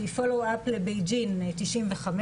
שהיא פולו-אף לבייג'ין 95,